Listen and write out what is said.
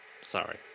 Sorry